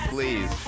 Please